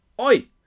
oi